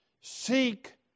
seek